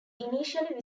initially